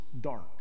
dark